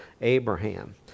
Abraham